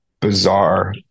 bizarre